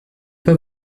pas